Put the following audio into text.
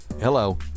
Hello